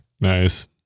Nice